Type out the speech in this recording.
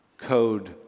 code